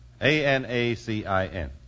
A-N-A-C-I-N